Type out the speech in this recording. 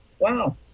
wow